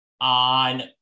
On